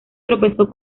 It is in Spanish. tropezó